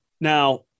Now